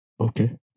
okay